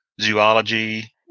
zoology